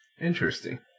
Interesting